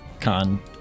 con